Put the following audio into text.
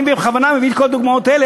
אני בכוונה מביא את כל הדוגמאות האלה,